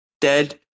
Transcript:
dead